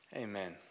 amen